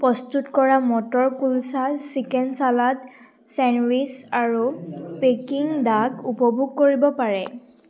প্ৰস্তুত কৰা matar kulcha chicken salad sandwich আৰু পেকিং ডাক উপভোগ কৰিব পাৰে